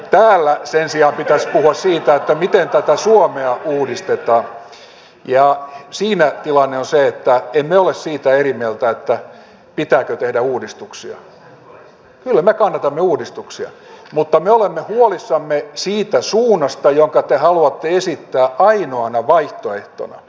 täällä sen sijaan pitäisi puhua siitä miten tätä suomea uudistetaan ja siinä tilanne on se että emme ole siitä eri mieltä pitääkö tehdä uudistuksia kyllä me kannatamme uudistuksia mutta me olemme huolissamme siitä suunnasta jonka te haluatte esittää ainoana vaihtoehtona